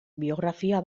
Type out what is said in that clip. biografia